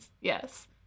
yes